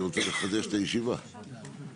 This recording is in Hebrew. אני ארנה אנג'ל, יושבת ראש התאחדות האדריכלים.